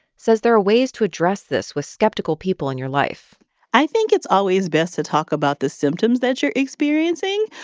says there are ways to address this with skeptical people in your life i think it's always best to talk about the symptoms that you're experiencing.